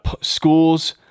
schools